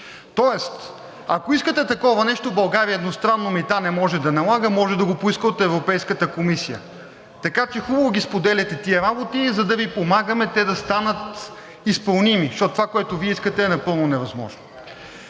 Тоест, ако искате такова нещо – България едностранно мита не може да налага, може да го поиска от Европейската комисия. Така че е хубаво, че споделяте тези работи, за да Ви помагат те да станат изпълними. Защото това, което Вие искате, е напълно невъзможно.